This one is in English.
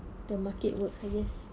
the market work I guess